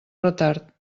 retard